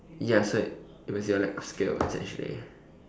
ya so it was your lack of skill essentially